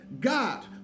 God